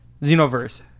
Xenoverse